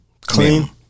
clean